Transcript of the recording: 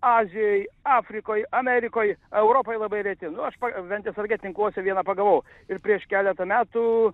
azijoj afrikoj amerikoj europoj labai reti nors ventės rage tinkluose vieną pagavau ir prieš keletą metų